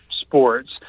sports